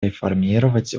реформировать